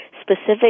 specific